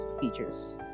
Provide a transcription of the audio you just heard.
features